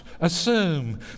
assume